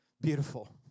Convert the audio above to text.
Beautiful